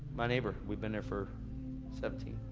my neighbor, we've been there for seventeen,